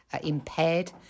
impaired